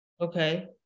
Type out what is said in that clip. okay